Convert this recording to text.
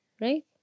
right